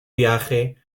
viaje